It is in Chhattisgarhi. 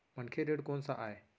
मनखे ऋण कोन स आय?